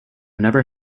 never